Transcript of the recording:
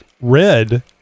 red